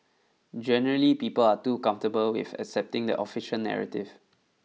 generally people are too comfortable with accepting the official narrative